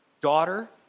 daughter